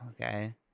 Okay